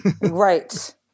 right